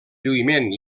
lluïment